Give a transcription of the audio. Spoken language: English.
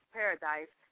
paradise